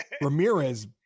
Ramirez